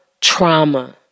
trauma